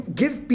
give